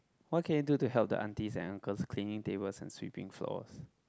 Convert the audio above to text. what can I do to help the aunties and uncles cleaning tables and sweeping floors